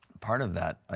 part of that, ah